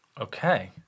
Okay